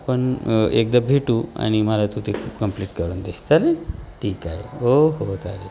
आपण एकदा भेटू आणि मला तू ते कंप्लीट करून दे चालेल ठीक आहे हो हो चालेल